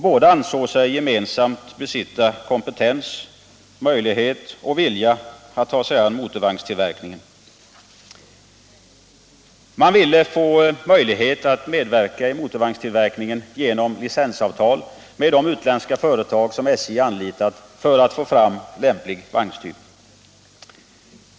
Båda ansåg sig gemensamt besitta kompetens, möjlighet och vilja att ta sig an motorvagnstillverkningen. De ville få möjlighet att medverka i motorvagnstillverkningen genom licensavtal med-de utländska företag som SJ anlitat för att få fram lämplig vagnstyp.